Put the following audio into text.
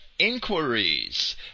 inquiries